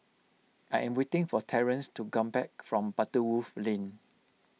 I am waiting for Terance to come back from Butterworth Lane